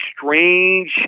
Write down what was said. strange